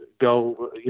go